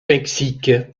mexique